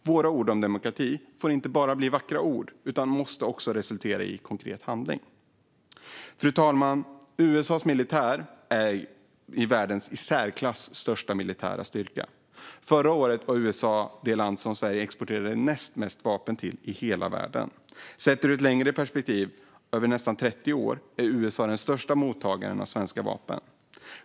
Våra ord om demokrati får inte bli bara vackra ord utan måste också resultera i konkret handling. Fru talman! USA:s militär är världens i särklass största militära styrka. Förra året var USA det land som Sverige exporterade näst mest vapen till i hela världen. Sett ur ett längre perspektiv över nästan 30 år är USA den största mottagaren av svenska vapen.